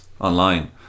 online